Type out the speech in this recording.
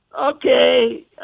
okay